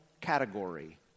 category